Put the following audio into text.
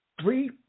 three